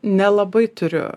nelabai turiu